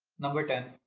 number ten,